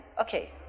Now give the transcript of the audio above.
Okay